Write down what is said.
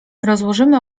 rozłożymy